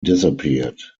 disappeared